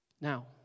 Now